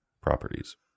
properties